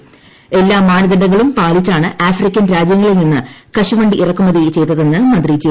നിയമസഭ സംസ്ഥാനത്ത് എല്ലാ മാനദണ്ഡങ്ങളും പാലിച്ചാണ് ആഫ്രിക്കൻ രാജ്യങ്ങളിൽ നിന്ന് കശുവണ്ടി ഇറക്കുമതി ചെയ്തതെന്ന് മന്ത്രി ജെ